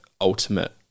ultimate